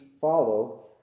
follow